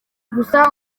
gusa